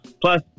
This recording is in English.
Plus